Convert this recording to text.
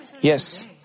yes